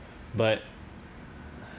but